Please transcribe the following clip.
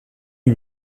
une